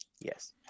Yes